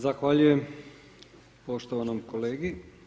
Zahvaljujem poštovanom kolegi.